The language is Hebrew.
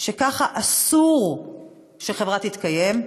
שככה אסור שחברה תתקיים.